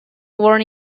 born